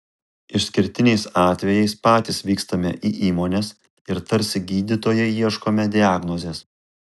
išskirtiniais atvejais patys vykstame į įmones ir tarsi gydytojai ieškome diagnozės